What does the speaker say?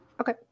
Okay